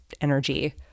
energy